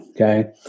okay